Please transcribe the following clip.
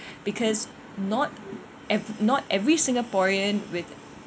because not ev~ not every singaporean with